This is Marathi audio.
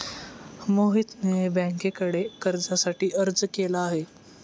मोहितने बँकेकडे कर्जासाठी अर्ज केला आहे